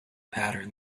pattern